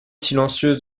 silencieuses